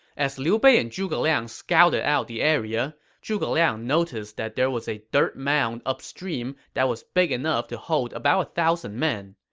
as liu bei and zhuge liang scouted out the area, zhuge liang noticed that there was a dirt mound upstream that was big enough to hold about one thousand men.